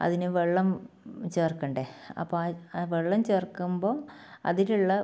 അതിന് വെള്ളം ചേർക്കണ്ടെ അപ്പോൾ ആ ആ വെള്ളം ചേർക്കുമ്പോൾ അതിലുള്ള